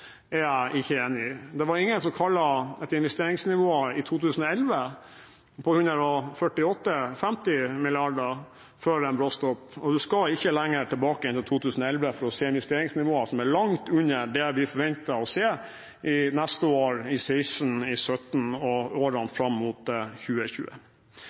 er jeg ikke enig i. Det var ingen som i 2011 kalte et investeringsnivå på 148–150 mrd. kr for en bråstopp. Og man skal ikke lenger tilbake enn til 2011for å se investeringsnivåer som er langt under det vi forventer å se neste år, i 2016, 2017 og årene fram mot 2020.